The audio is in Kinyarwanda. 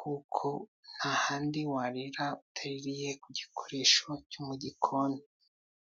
kuko nta handi warira utaririye ku gikoresho cyo mu gikoni.